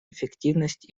эффективность